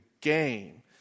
game